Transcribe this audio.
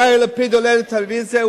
יאיר לפיד עולה לטלוויזיה,